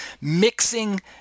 mixing